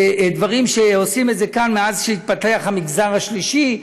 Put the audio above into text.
דברים שעושים כאן מאז שהתפתח המגזר השלישי,